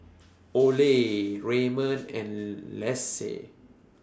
Ole Raymon and Lacey